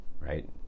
right